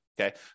Okay